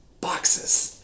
Boxes